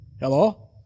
Hello